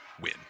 win